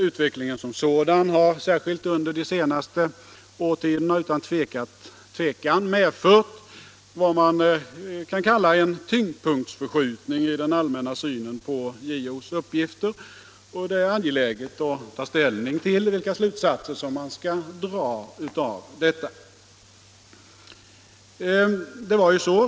Utvecklingen som sådan har särskilt under de senaste årtiondena utan tvekan medfört vad man kan kalla en tyngdpunktsförskjutning i den allmänna synen på JO:s uppgifter, och det är angeläget att ta ställning till vilka slutsatser man skall dra av detta.